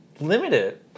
limited